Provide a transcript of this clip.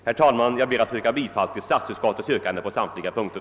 Herr talman! Jag ber att få yrka bifall till statsutskottets hemställan på samtliga punkter.